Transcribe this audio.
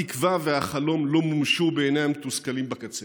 התקווה והחלום לא מומשו בעיני המתוסכלים בקצה.